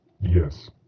Yes